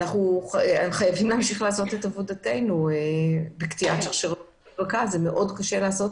אנחנו חייבים להמשיך לעשות את עבודתנו וזה יהיה קשה לעשות